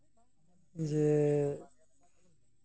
ᱡᱮ